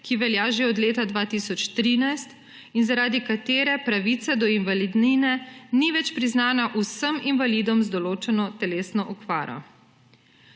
ki velja že od leta 2013 in zaradi katere pravica do invalidnine ni več priznana vsem invalidom z določeno telesno okvaro.